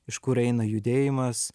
iš kur eina judėjimas